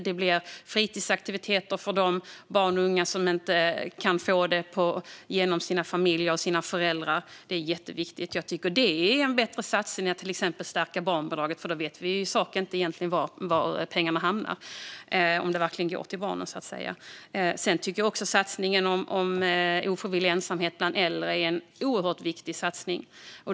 Det blir fritidsaktiviteter för de barn och unga som inte kan få det genom sina familjer och sina föräldrar. Det är jätteviktigt. Det är en bättre satsning än att till exempel stärka barnbidraget, för då vet man ju egentligen inte var pengarna hamnar och om de verkligen går till barnen. Sedan tycker jag också att satsningen som handlar om ofrivillig ensamhet bland äldre är oerhört viktig.